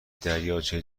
دریاچه